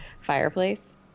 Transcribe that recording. fireplace